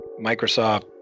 Microsoft